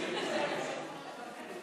וסיוע בשל ביטול טיסה או שינוי בתנאיה)